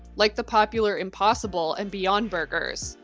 like the popular impossible and beyond burgers,